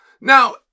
Now